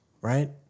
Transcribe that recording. Right